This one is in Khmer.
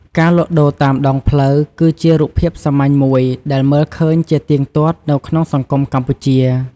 ការលក់ដូរតាមដងផ្លូវ គឺជារូបភាពសាមញ្ញមួយដែលមើលឃើញជាទៀងទាត់នៅក្នុងសង្គមកម្ពុជា។